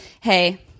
hey